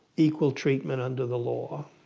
equal treatment under the law